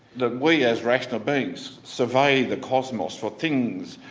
that we as rational beings survey the cosmos for things,